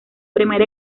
primer